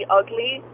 ugly